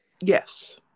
Yes